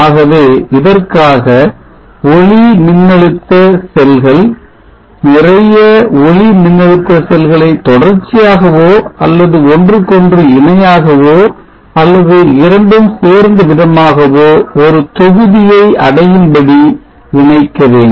ஆகவே இதற்காக ஒளிமின்னழுத்த செல்கள் நிறைய ஒளிமின்னழுத்த செல்களை தொடர்ச்சியாகவோ அல்லது ஒன்றுக்கொன்று இணையாகவோ அல்லது இரண்டும் சேர்ந்த விதமாகவோ ஒரு தொகுதியை அடையும்படி இணைக்க வேண்டும்